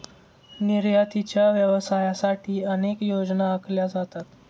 निर्यातीच्या व्यवसायासाठी अनेक योजना आखल्या जातात